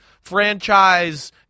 franchise